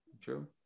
true